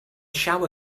shower